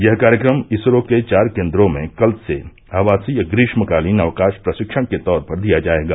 यह कार्यक्रम इसरो के चार केन्द्रों में कल से आवासीय ग्रीष्मकालीन अवकाश प्रशिक्षण के तौर पर दिया जाएगा